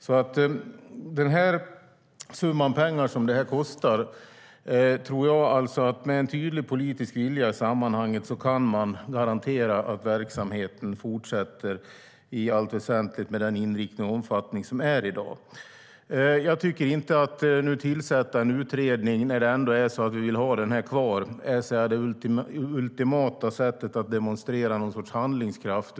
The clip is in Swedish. Med den summa pengar detta kostar tror jag att man med en tydlig politisk vilja i sammanhanget kan garantera att verksamheten i allt väsentligt fortsätter med den inriktning och omfattning den har i dag. Jag tycker inte att en utredning behöver tillsättas när vi ändå vill ha musikkåren kvar. Det är inte det ultimata sättet att demonstrera någon sorts handlingskraft.